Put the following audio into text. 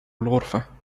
الغرفة